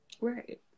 Right